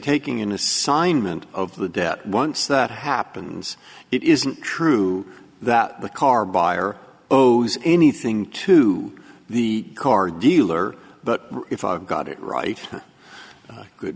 taking an assignment of the debt once that happens it isn't true that the car buyer owes anything to the car dealer but if i got it right good